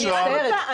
זה פשוט לא נכון.